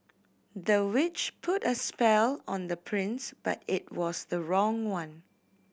the witch put a spell on the prince but it was the wrong one